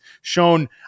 shown